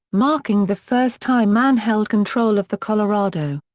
marking the first time man held control of the colorado.